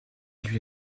lui